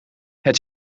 het